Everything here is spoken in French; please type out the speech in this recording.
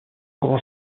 grand